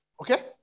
okay